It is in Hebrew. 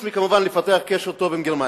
כמובן חוץ מלפתח קשר טוב עם גרמניה.